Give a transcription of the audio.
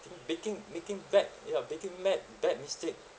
baking making bad ya baking mad bad mistake